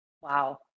Wow